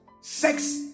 sex